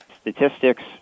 Statistics